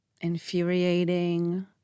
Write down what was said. infuriating